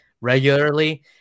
regularly